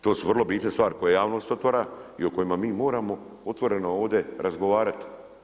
To su vrlo bitne stvari koje javnost otvara i o kojima mi moramo otvoreno ovdje razgovarat.